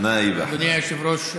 אדוני היושב-ראש,